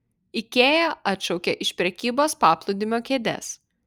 ikea atšaukia iš prekybos paplūdimio kėdes